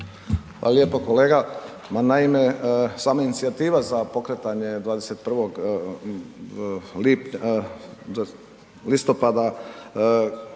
Hvala lijepo kolega. Naime, sama inicijativa za pokretanje 21. listopada